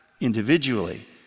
individually